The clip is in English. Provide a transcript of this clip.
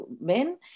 men